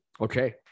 Okay